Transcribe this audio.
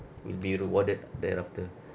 will be rewarded thereafter